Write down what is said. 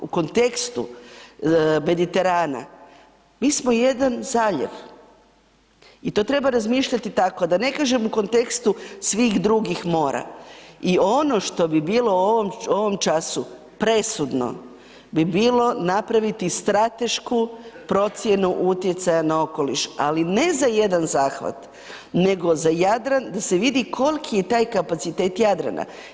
U kontekstu Mediterana, mi smo jedan zaljev i to treba razmišljati tako da ne kažem u kontekstu svih drugih mora i ono što bi bilo u ovom času presudno bi bilo napraviti stratešku procjenu utjecaja na okoliš, ali ne za jedan zahvat, nego za Jadran da se vidi koliki je taj kapacitet Jadrana.